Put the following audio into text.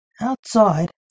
Outside